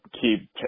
keep